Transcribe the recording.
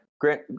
Grant